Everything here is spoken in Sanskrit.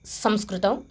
संस्कृतौ